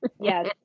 Yes